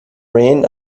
reign